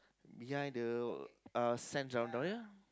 behind the uh